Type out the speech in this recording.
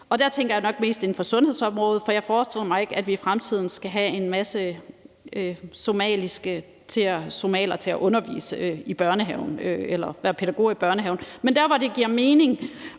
der tænker jeg nok mest inden for sundhedsområdet, for jeg forestiller mig ikke, at vi i fremtiden skal have en masse somaliere til at være pædagoger i børnehaven. Men der, hvor det giver mening